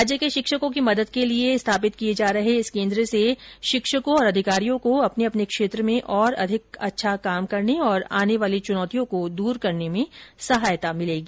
राज्य के शिक्षकों की मदद के लिये स्थापित किये जा रहे इस केंद्र से राज्य के शिक्षकों और अधिकारियों को अपने अपने क्षेत्र में और अधिक अच्छा कार्य करने और आने वाली च्रनौतियों को दूर करने में सहायता मिलेगी